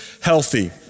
healthy